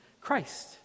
Christ